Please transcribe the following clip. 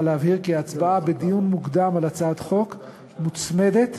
בא להבהיר כי ההצבעה בדיון המוקדם על הצעת חוק מוצמדת